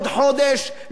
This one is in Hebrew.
לעוד חודשיים,